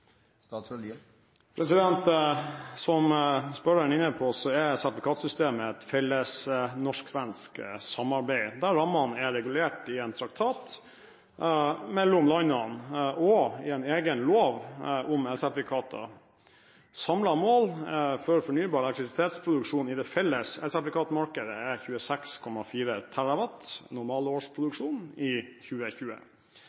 Som spørreren er inne på, er sertifikatsystemet et felles norsk-svensk samarbeid, der rammene er regulert i en traktat mellom landene og i en egen lov om elsertifikater. Samlet mål for fornybar elektrisitetsproduksjon i det felles elsertifikatmarkedet er 26,4